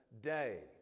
day